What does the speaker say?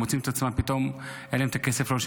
הם כבר מוצאים את עצמם פתאום ללא כסף לשלם